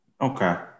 Okay